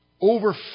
over